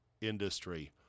industry